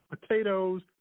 potatoes